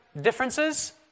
differences